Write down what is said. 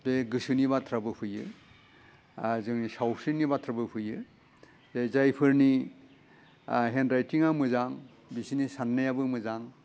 बे गोसोनि बाथ्राबो फैयो जोंनि सावस्रिनि बाथ्राबो फैयो जे जायफोरनि हेन्ड राइथिङा मोजां बिसिनि सान्नायाबो मोजां